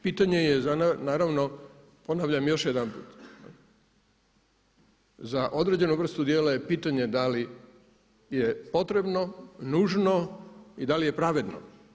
Pitanje je naravno ponavljam još jedanput za određenu vrstu djela je pitanje da li je potrebno, nužno i da li je pravedno.